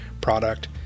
product